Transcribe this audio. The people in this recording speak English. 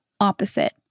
opposite